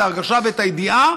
את ההרגשה ואת הידיעה